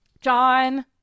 John